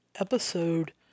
episode